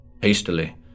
Hastily